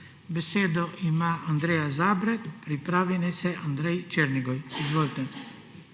Besedo ima Andreja Zabret, pripravi naj se Andrej Černigoj. Izvolite.